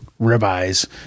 ribeyes